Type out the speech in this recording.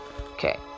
okay